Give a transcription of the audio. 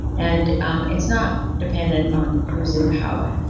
and um it's not dependent on who's in power.